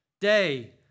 day